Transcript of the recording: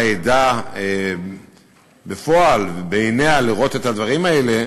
עדה בפועל ובעיניה לראות את הדברים האלה,